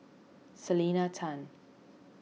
Selena Tan